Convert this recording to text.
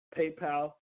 PayPal